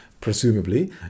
presumably